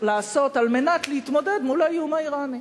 לעשות על מנת להתמודד מול האיום האירני.